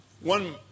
one